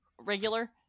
regular